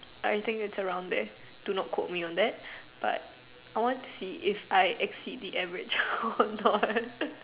I think it's around there do not quote me on that but I want to see if I exceed the average or not